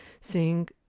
seeing